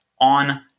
on